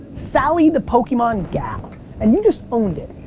sally the pokemon gal and you just owned it.